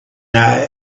now